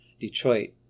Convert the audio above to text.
Detroit